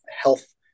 health